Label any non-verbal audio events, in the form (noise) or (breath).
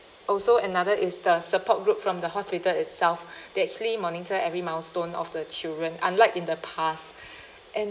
also another is the support group from the hospital itself (breath) they actually monitor every milestone of the children unlike in the past (breath) and